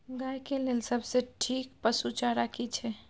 गाय के लेल सबसे ठीक पसु चारा की छै?